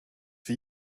for